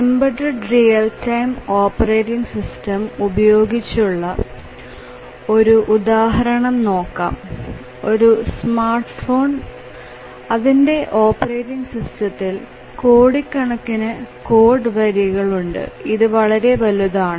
embedded real time operating system ഉപയോഗിച്ചുള്ള ഒരു ഉദാഹരണം നോക്കാം ഒരു സ്മാർട്ട്ഫോൺ അതിന്റെ ഓപ്പറേറ്റിങ് സിസ്റ്റത്തിൽ കോടിക്കണക്കിന് കോഡ് വരികളും ഇത് വളരെ വലുതുമാണ്